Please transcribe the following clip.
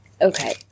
Okay